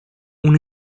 una